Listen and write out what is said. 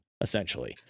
essentially